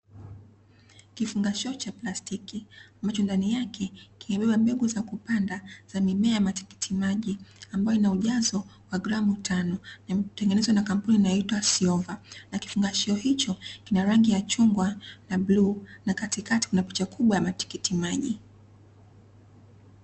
Kifungashio cha plastiki ambacho ndani yake kimebeba mbegu za kupanda za mimea ya matikitimaji, ambayo ina ujazo wa gramu tano na imetengenezwa na kampuni inayoitwa "Syova" na kifungashio hicho kina rangi ya chungwa na bluu na katikati kuna picha kubwa ya matikitimaji.